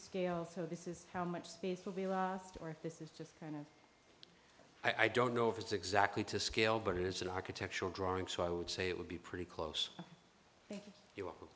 scale so this is how much space will be lost or if this is just kind of i don't know if it's exactly to scale but it is an architectural drawing so i would say it would be pretty close